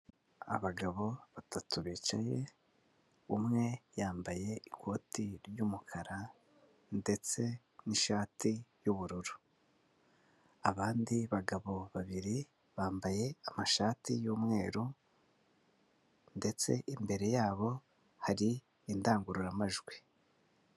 Abagabo batatu bicaye umwe yambaye ikoti ry'umukara ndetse n'ishati y'ubururu, abandi bagabo babiri bambaye amashati y'umweru ndetse imbere yabo hari indangururamajwi.